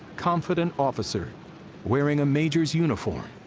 confident officer wearing a major's uniform,